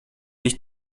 nicht